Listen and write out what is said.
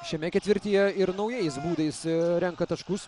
šiame ketvirtyje ir naujais būdais renka taškus